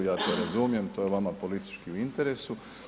Ja to razumijem, to je vama politički i u interesu.